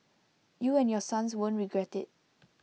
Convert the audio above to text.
you and your sons won't regret IT